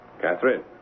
Catherine